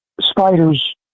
spiders